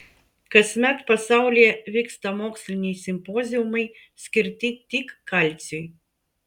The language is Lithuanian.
kasmet pasaulyje vyksta moksliniai simpoziumai skirti tik kalciui